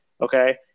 okay